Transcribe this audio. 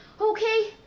Okay